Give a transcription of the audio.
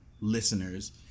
listeners